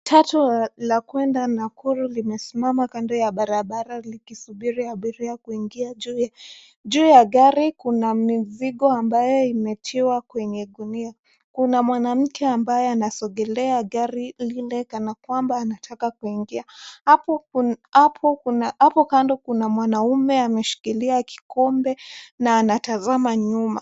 Matatu la kuenda Nakuru limesimama kando ya barabara likisubiri abiria kuingia. Juu ya gari kuna mizingo ambayo imetiwa kwenye gunia. Kuna mwanamke ambaye anasogelea gari lile kana kwamba anataka kuingia. Hapo kando kuna mwanamume ameshikilia kikombe na anatazama nyuma.